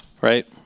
right